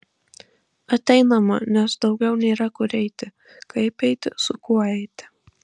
ateinama nes daugiau nėra kur eiti kaip eiti su kuo eiti